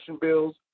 bills